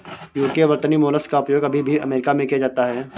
UK वर्तनी mollusc का उपयोग अभी भी अमेरिका में किया जाता है